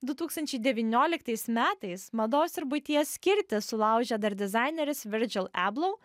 du tūkstančiai devynioliktais metais mados ir buities skirtį sulaužė dar dizaineris virdžil eblou